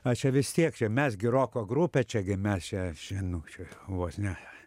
o čia vis tiek čia mes gi roko grupė čia gi mes čia čia nu čia vos ne